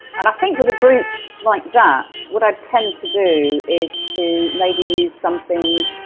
and i think with a group like that what i tend to do is to maybe use something